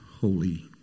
holy